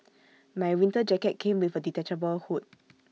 my winter jacket came with A detachable hood